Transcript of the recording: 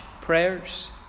prayers